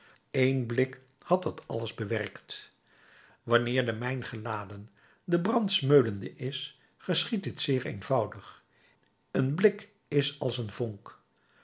een blik had dat alles bewerkt wanneer de mijn geladen de brand smeulende is geschiedt dit zeer eenvoudig een blik is een vonk